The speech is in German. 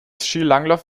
skilanglauf